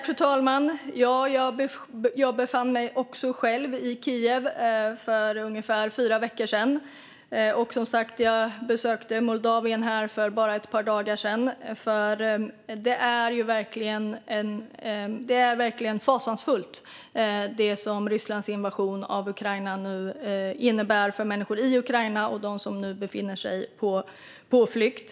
Fru talman! Jag befann mig också i Kiev för ungefär fyra veckor sedan, och jag besökte Moldavien för bara ett par dagar sedan. Rysslands invasion av Ukraina är verkligen fasansfull för människorna i Ukraina och för dem som nu befinner sig på flykt.